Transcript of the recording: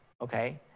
okay